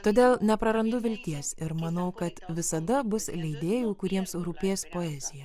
todėl neprarandu vilties ir manau kad visada bus leidėjų kuriems rūpės poezija